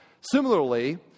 Similarly